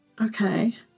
Okay